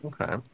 Okay